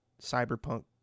cyberpunk